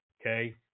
okay